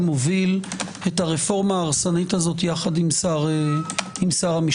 מוביל את הרפורמה ההרסנית הזו יחד עם שר המשפטים.